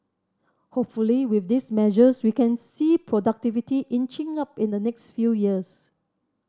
hopefully with these measures we can see productivity inching up in the next few years